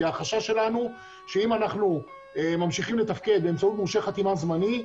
החשש שלנו הוא שאם אנחנו ממשיכים לתפקד באמצעות מורשה חתימה זמני,